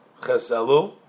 Cheselu